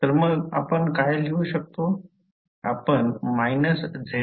तर मग आपण काय लिहू शकतो